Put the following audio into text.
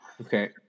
okay